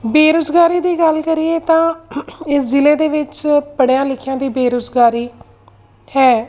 ਬੇਰੁਜ਼ਗਾਰੀ ਦੀ ਗੱਲ ਕਰੀਏ ਤਾਂ ਇਸ ਜ਼ਿਲ੍ਹੇ ਦੇ ਵਿੱਚ ਪੜ੍ਹਿਆਂ ਲਿਖਿਆਂ ਦੀ ਬੇਰੁਜ਼ਗਾਰੀ ਹੈ